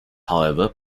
however